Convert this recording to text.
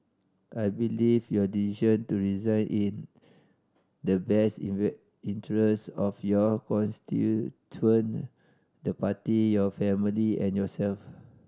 I believe your decision to resign in the best interest of your constituent the Party your family and yourself